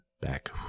back